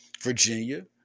Virginia